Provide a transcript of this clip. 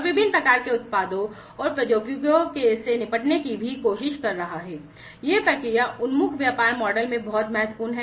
विभिन्न प्रकार के उत्पादों और प्रौद्योगिकियों से निपटने की कोशिश यह process oriented व्यापार मॉडल में बहुत महत्वपूर्ण है